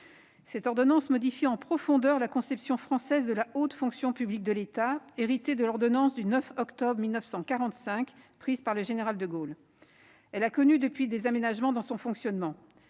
Cette ordonnance remanie en profondeur la conception française de la haute fonction publique de l'État, héritée de l'ordonnance du 9 octobre 1945, prise par le général de Gaulle. Si elle a connu depuis lors des aménagements dans son fonctionnement,